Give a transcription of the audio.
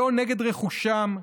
או נגד רכושם,